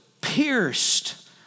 pierced